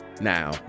now